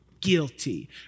guilty